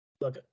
Look